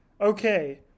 okay